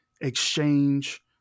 exchange